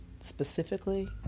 specifically